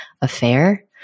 affair